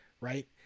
Right